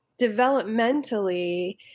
developmentally